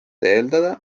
eeldada